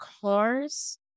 cars